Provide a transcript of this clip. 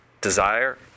Desire